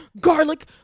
garlic